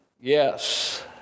Yes